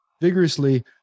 vigorously